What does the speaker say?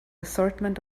assortment